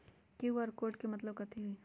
QR code के मतलब कथी होई?